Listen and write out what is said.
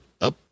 up